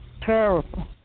Terrible